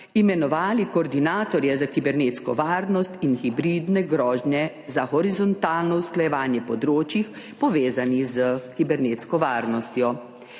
imenovali koordinatorja za kibernetsko varnost in hibridne grožnje za horizontalno usklajevanje področij, povezanih s kibernetsko varnostjo.